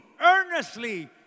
earnestly